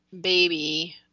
baby